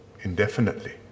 indefinitely